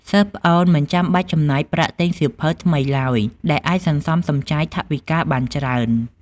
សិស្សប្អូនមិនចាំបាច់ចំណាយប្រាក់ទិញសៀវភៅថ្មីឡើយ ដែលអាចសន្សំសំចៃថវិកាបានច្រើន។